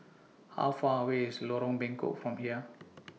How Far away IS Lorong Bengkok from here